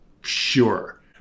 Sure